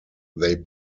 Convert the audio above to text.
they